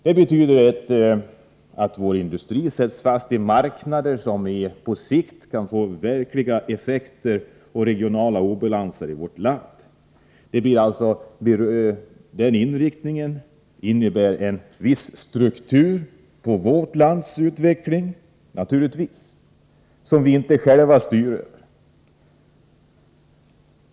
Det betyder att vår industri sätts fast i marknader som på sikt kan få verkliga regionala obalanser i vårt land till resultat. Den inriktningen innebär naturligtvis en viss struktur på vårt lands utveckling som vi inte själva styr.